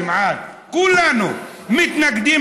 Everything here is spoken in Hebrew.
כמעט כולנו מתנגדים,